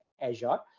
Azure